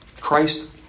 Christ